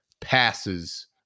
passes